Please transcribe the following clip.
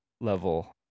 level